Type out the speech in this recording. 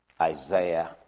Isaiah